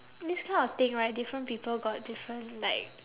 this kind of thing right different people got different like